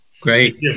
Great